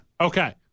Okay